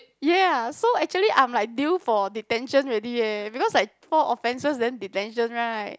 ya so actually I'm like deal for detention already leh because like four offences then detention right